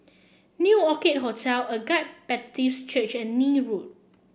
New Orchid Hotel Agape Baptist Church and Neil Road